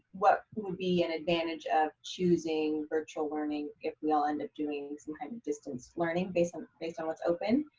what would be an advantage of choosing virtual learning if we all end up doing some kind of distance learning based on, based on what's open.